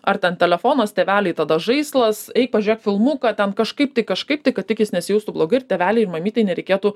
ar ten telefonas tėveliai tada žaislas eik pažiūrėk filmuką ten kažkaip tai kažkaip tai kad tik jis nesijaustų blogai ir tėveliui ir mamytei nereikėtų